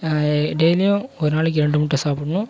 டெய்லியும் ஒரு நாளைக்கு இரண்டு முட்டை சாப்பிட்ணும்